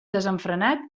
desenfrenat